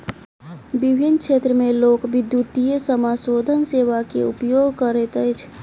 विभिन्न क्षेत्र में लोक, विद्युतीय समाशोधन सेवा के उपयोग करैत अछि